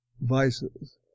vices